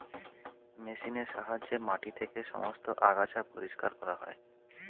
মেশিনের সাহায্যে মাটি থেকে সমস্ত আগাছা পরিষ্কার করা হয়